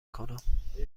کنم